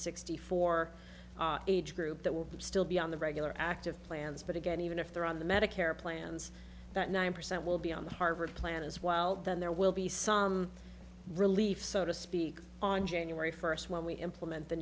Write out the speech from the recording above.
sixty four age group that will still be on the regular active plans but again even if they're on the medicare plans that nine percent will be on the harvard plan as well then there will be some relief so to speak on january first when we implement the